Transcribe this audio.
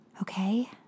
Okay